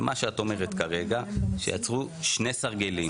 ומה שאת אומרת כרגע, שיצרו שני סרגלים.